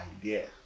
idea